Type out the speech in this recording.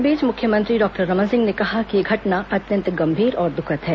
इस बीच मुख्यमंत्री डॉक्टर रमन सिंह ने कहा कि यह घटना अत्यंत गंभीर और दुखद है